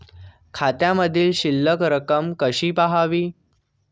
खात्यामधील शिल्लक रक्कम कशी पहावी?